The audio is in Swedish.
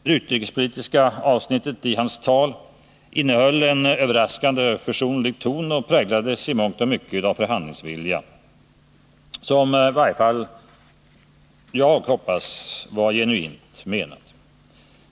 Det utrikespolitiska avsnittet i hans tal hade en överraskande försonlig ton och präglades i mångt och mycket av en förhandlingsvilja, som i varje fall jag hoppas var genuint menad.